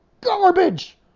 garbage